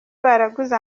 baraguze